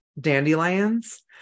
dandelions